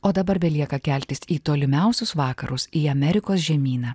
o dabar belieka keltis į tolimiausius vakarus į amerikos žemyną